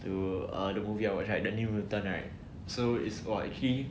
to err the movie I would had the new mutant right so is about he